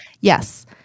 Yes